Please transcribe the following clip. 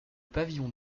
pavillon